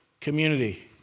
community